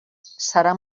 serà